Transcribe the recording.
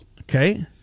Okay